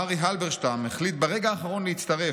ארי הלברשטם החליט ברגע האחרון להצטרף.